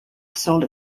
sold